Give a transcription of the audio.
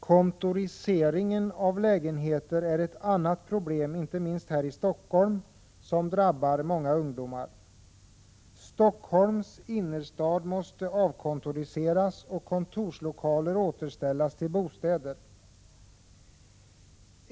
Kontoriseringen av lägenheter är ett annat problem som drabbar många ungdomar, inte minst här i Stockholm. Stockholms innerstad måste avkontoriseras och kontorslokaler återställas till bostäder.